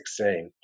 2016